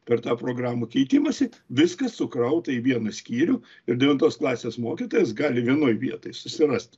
per tą programų keitimąsį viskas sukrauta į vieną skyrių ir devintos klasės mokytojas gali vienoj vietoj susirast